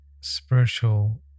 spiritual